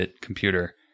computer